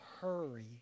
hurry